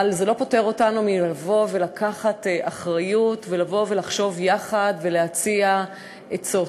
אבל זה לא פוטר אותנו מלבוא ולקחת אחריות ולבוא לחשוב יחד ולהציע עצות.